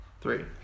Three